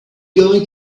going